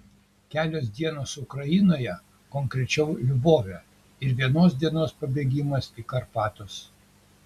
kelios dienos ukrainoje konkrečiau lvove ir vienos dienos pabėgimas į karpatus